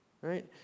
right